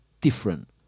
different